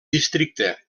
districte